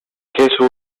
queso